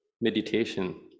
meditation